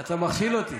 אתה מכשיל אותי.